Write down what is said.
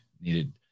needed